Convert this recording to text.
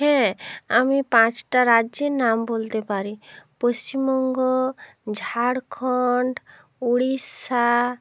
হ্যাঁ আমি পাঁচটা রাজ্যের নাম বলতে পারি পশ্চিমবঙ্গ ঝাড়খন্ড উড়িষ্যা